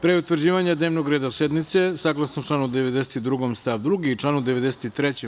Pre utvrđivanja dnevnog reda sednice, saglasno članu 92. stav 2. i članu 93.